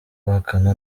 guhakana